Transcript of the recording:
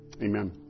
Amen